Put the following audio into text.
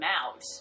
out